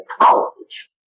college